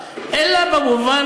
אלא במובן